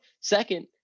Second